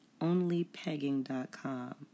OnlyPegging.com